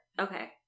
Okay